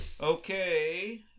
Okay